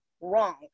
wrong